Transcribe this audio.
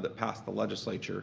that passed the legislature.